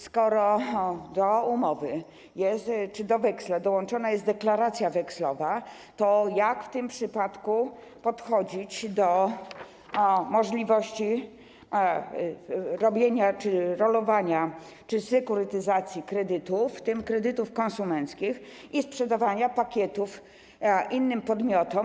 Skoro do umowy czy do weksla dołączona jest deklaracja wekslowa, to jak w tym przypadku podchodzić do możliwości robienia czy rolowania, czy sekurytyzacji kredytów, w tym kredytów konsumenckich, i sprzedawania pakietów innym podmiotom?